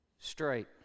straight